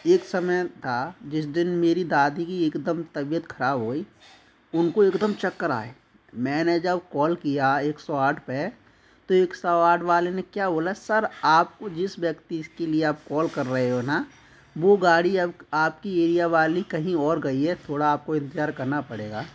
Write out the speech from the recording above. एक समय था जिस दिन मेरी दादी की एकदम तबीयत खराब हो गई उनको एकदम चक्कर आए मैंने जब कॉल किया एक सौ आठ पे तो एक सौ आठ वाले ने क्या बोला सर आपको जिस व्यक्ति के लिए आप कॉल कर रहे हो ना वो गाड़ी अब आपकी एरिया वाली कहीं और गई है थोड़ा आपको इंतजार करना पड़ेगा